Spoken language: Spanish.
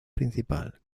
principal